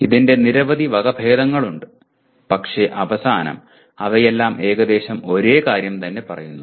ഇതിന്റെ നിരവധി വകഭേദങ്ങളുണ്ട് പക്ഷേ അവസാനം അവയെല്ലാം ഏകദേശം ഒരേ കാര്യം തന്നെ പറയുന്നു